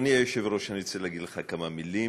אדוני היושב-ראש, אני רוצה להגיד לך כמה מילים.